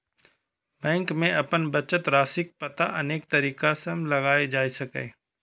bank मे अपन बचत राशिक पता अनेक तरीका सं लगाएल जा सकैए